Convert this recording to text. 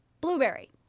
Blueberry